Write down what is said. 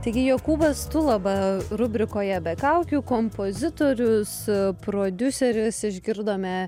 taigi jokūbas tulaba rubrikoje be kaukių kompozitorius prodiuseris išgirdome